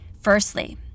firstly